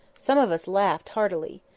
some of us laughed heartily.